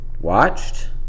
watched